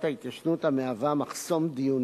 1. מה הם הכלים המסופקים לאזרח להגנה